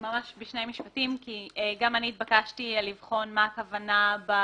גם אני נתבקשתי לבחון מה הכוונה בביטוי: